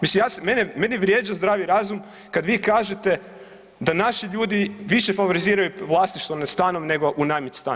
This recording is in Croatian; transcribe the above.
Mislim, mene vrijeđa zdravi razum kad vi kažete da naši ljudi više favoriziraju vlasništvo nad stanom nego unajmit stan.